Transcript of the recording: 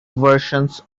versions